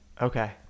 okay